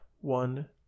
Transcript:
One